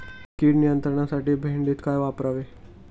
कीड नियंत्रणासाठी भेंडीत काय वापरावे?